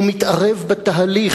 הוא מתערב בתהליך,